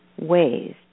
ways